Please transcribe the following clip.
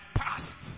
past